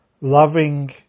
loving